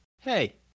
hey